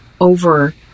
over